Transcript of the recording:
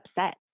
upset